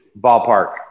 ballpark